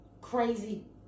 crazy